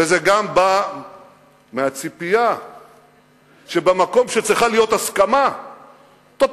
וזה גם בא מהציפייה שבמקום שצריכה להיות הסכמה טוטלית